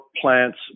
plants